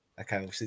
okay